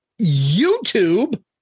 YouTube